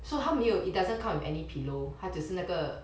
so 他没有 it doesn't come with any pillow 它只是那个